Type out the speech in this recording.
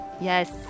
yes